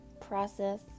process